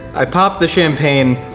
i popped the champagne,